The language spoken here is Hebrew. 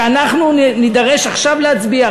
ואנחנו נידרש עכשיו להצביע,